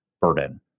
burden